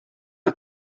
not